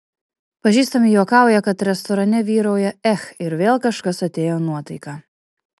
pažįstami juokauja kad restorane vyrauja ech ir vėl kažkas atėjo nuotaika